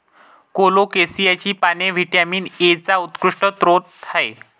कोलोकेसियाची पाने व्हिटॅमिन एचा उत्कृष्ट स्रोत आहेत